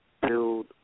build